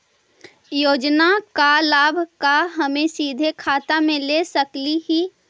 योजना का लाभ का हम सीधे खाता में ले सकली ही?